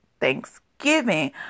Thanksgiving